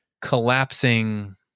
collapsing